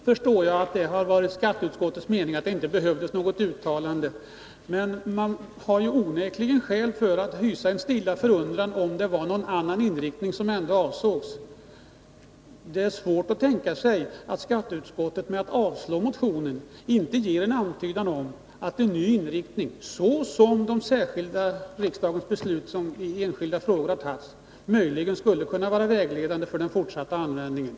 Fru talman! Jag förstår att det är skatteutskottets mening att det inte behövs något uttalande. Men man har onekligen skäl för att hysa en stilla undran om det inte var någon annan inriktning som ändå avsågs. Det är svårt att tänka sig att skatteutskottet genom att avslå motionen inte ger en antydan om att en ny inriktning i enlighet med riksdagens beslut i enskilda frågor möjligen skulle kunna vara vägledande för den fortsatta användningen.